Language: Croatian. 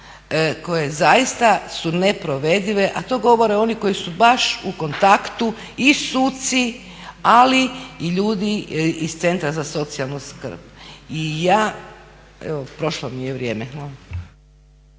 koje zaista su neprovedive a to govore oni koji su baš u kontaktu i suci ali i ljudi iz Centra za socijalnu skrb. I ja, evo prošlo mi je vrijeme.